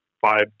five